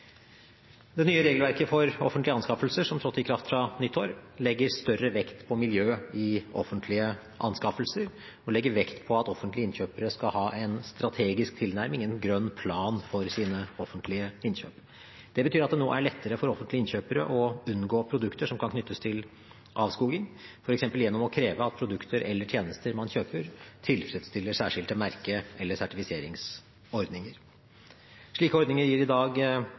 Det nye regelverket for offentlige anskaffelser, som trådte i kraft fra nyttår, legger større vekt på miljø i offentlige anskaffelser og legger vekt på at offentlige innkjøpere skal ha en strategisk tilnærming, en grønn plan, for sine offentlige innkjøp. Det betyr at det nå er lettere for offentlige innkjøpere å unngå produkter som kan knyttes til avskoging, f.eks. gjennom å kreve at produkter eller tjenester man kjøper, tilfredsstiller særskilte merke- eller sertifiseringsordninger. Slike ordninger gir per i dag